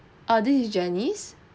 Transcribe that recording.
err this is janice